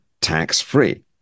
tax-free